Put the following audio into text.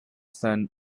sun